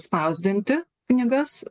spausdinti knygas